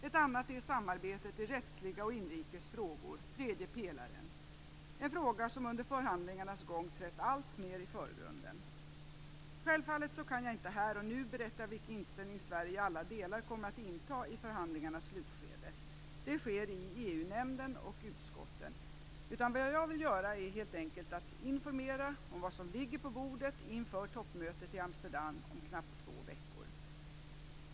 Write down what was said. Ett annat är samarbetet i rättsliga och inrikes frågor, tredje pelaren, en fråga som under förhandlingarnas gång trätt alltmer i förgrunden. Självfallet kan jag inte här och nu berätta vilken inställning Sverige kommer att inta i alla delar i förhandlingarnas slutskede. Det sker i EU-nämnden och utskotten. Vad jag vill göra är helt enkelt att informera om vad som ligger på bordet inför toppmötet i Amsterdam om knappt två veckor.